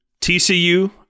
TCU